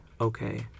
okay